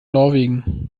norwegen